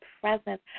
presence